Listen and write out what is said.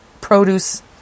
produce